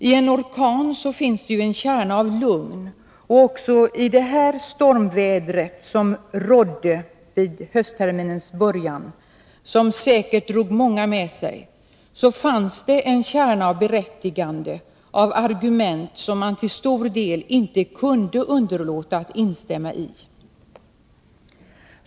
I en orkan finns det ju en kärna av lugn, och också i det stormväder som rådde vid höstterminens början och som säkerligen drog många med sig fanns det en kärna av berättigande, av argument som man till stor del inte kunde underlåta att instämma i.